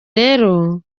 rero